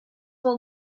will